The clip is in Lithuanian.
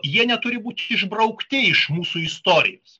jie neturi būti išbraukti iš mūsų istorijos